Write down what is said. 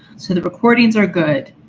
so the recordings are good,